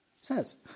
says